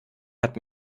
hat